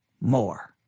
more